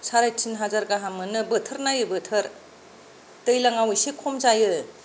सारे तिन हाजार गाहाम मोनो बोथोर नायै बोथोर दैज्लाङाव इसे खम जायो